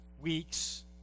weeks